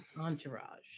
entourage